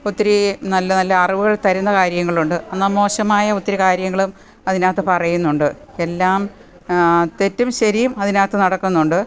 ഒത്തിരി നല്ല നല്ല അറിവുകൾ തരുന്ന കാര്യങ്ങളുണ്ട് എന്നാൽ മോശമായ ഒത്തിരി കാര്യങ്ങളും അതിനകത്ത് പറയുന്നുണ്ട് എല്ലാം തെറ്റും ശരിയും അതിനകത്ത് നടക്കുന്നുണ്ട്